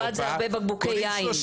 בצרפת זה הרבה בקבוקי יין.